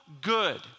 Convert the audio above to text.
good